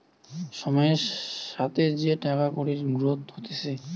সময়ের সাথে যে টাকা কুড়ির গ্রোথ হতিছে